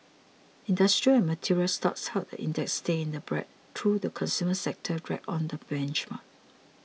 industrial and material stocks helped the index stay in the black though the consumer sector dragged on the benchmark